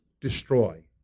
destroy